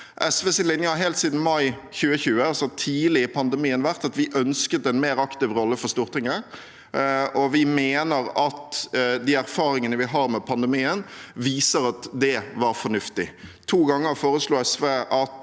har helt siden mai 2020, altså tidlig i pandemien, vært at vi ønsket en mer aktiv rolle for Stortinget, og vi mener at de erfaringene vi har med pandemien, viser at det var fornuftig. To ganger foreslo SV at